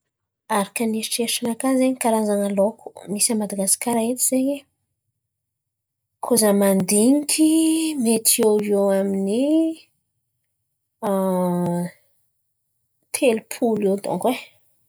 Araka ny eritreritrinakà zen̈y karazan̈a laoko misy a Madagasikara eto zen̈y, koa za mandiniky mety iô iô amin'ny telo-polo iô donko e.